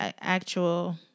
actual